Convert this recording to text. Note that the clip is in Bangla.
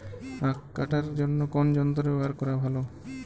আঁখ কাটার জন্য কোন যন্ত্র ব্যাবহার করা ভালো?